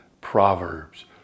Proverbs